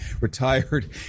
retired